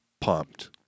pumped